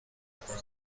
para